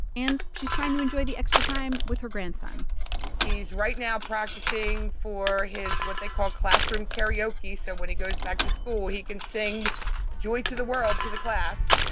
and she's trying to enjoy the extra time with her grandson he's right now practicing for his what they call classroom karaoke so when he goes back to school, he can sing joy to the world to the class